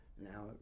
now